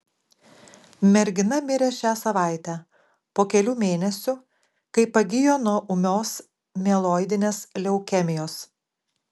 mergina mirė šią savaitę po kelių mėnesių kai pagijo nuo ūmios mieloidinės leukemijos